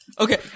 Okay